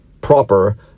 proper